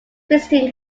visiting